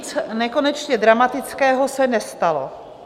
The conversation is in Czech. Nic nekonečně dramatického se nestalo.